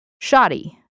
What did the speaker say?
shoddy